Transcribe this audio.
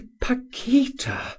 paquita